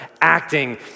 acting